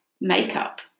makeup